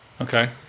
Okay